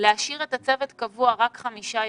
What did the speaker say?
להשאיר את הצוות קבוע רק 5 ימים,